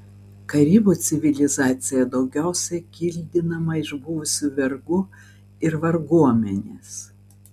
karibų civilizacija daugiausiai kildinama iš buvusių vergų ir varguomenės